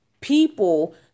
people